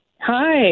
Hi